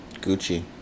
Gucci